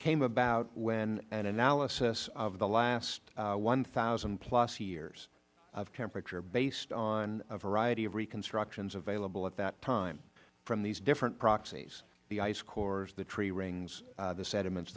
came about when an analysis of the last one thousand plus years of temperature based on a variety of reconstructions available at that time from these different proxies the ice cores the tree rings the sediments